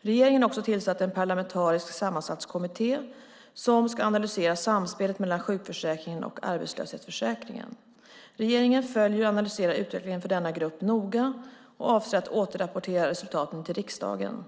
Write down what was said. Regeringen har också tillsatt en parlamentariskt sammansatt kommitté som ska analysera samspelet mellan sjukförsäkringen och arbetslöshetsförsäkringen. Regeringen följer och analyserar utvecklingen för denna grupp noga och avser att återapportera resultaten till riksdagen.